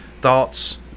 thoughts